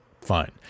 fine